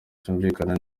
cyumvikana